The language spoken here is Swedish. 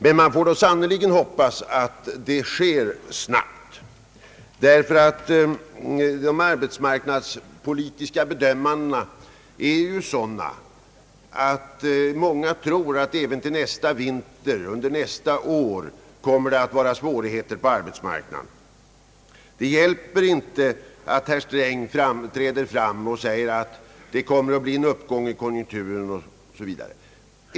Men man får sannerligen hoppas att utredningsarbetet sker snabbt, eftersom de arbetsmarknadspolitiska bedömandena går i den riktningen att många tror att svårigheterna på arbetsmarknaden kommer att be stå även under nästa år och framför allt under nästa vinter. Det hjälper inte att herr Sträng träder fram och säger att det kommer att bli en uppgång i konjunkturen.